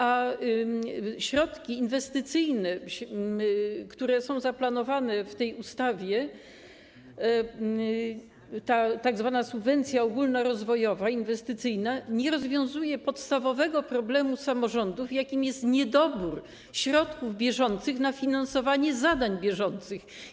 A środki inwestycyjne, które są zaplanowane w tej ustawie, tzw. subwencja ogólnorozwojowa, inwestycyjna, nie rozwiązują podstawowego problemu samorządów, jakim jest niedobór środków bieżących na finansowanie zadań bieżących.